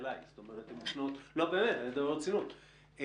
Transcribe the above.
לאפוטרופוס הכללי.